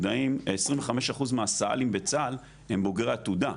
25% מהסא"לים בצה"ל הם בוגרי עתודה,